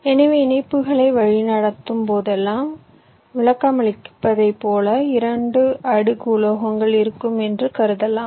எனவே இணைப்புகளை வழிநடத்தும் போதெல்லாம் விளக்கமளிப்பதைப் போல 2 அடுக்கு உலோகங்கள் இருக்கும் என்று கருதலாம்